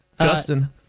Justin